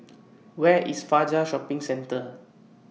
Where IS Fajar Shopping Centre